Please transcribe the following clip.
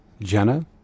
Jenna